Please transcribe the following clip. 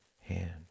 hand